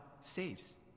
saves